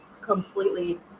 completely